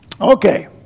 Okay